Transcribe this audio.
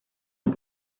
aux